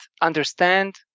understand